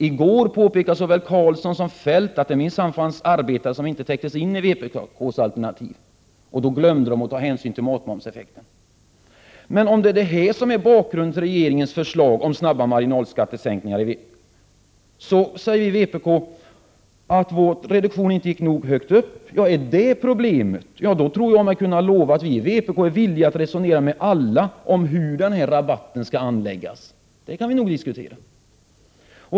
I går påpekade såväl Carlsson som Feldt att det minsann fanns arbetare som inte täcktes in i vpk:s alternativ, men då glömde man att ta hänsyn till matmomseffekten. Om bakgrunden till regeringens förslag om snabba marginalskattesänkningar är att vpk:s reduktion inte gick nog högt upp, ja, då tror jag mig kunna lova att vi i vpk är villiga att resonera med alla om hur rabatten skall anläggas. Det kan vi nog diskutera.